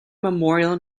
memorial